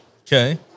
Okay